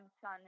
son